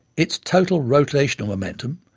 its total rotational momentum,